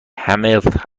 هملت